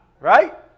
Right